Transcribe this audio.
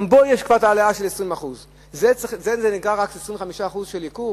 גם בו יש כבר העלאה של 20%. זה נקרא רק 25% ייקור?